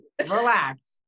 relax